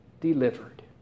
delivered